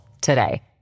today